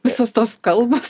visos tos kalbos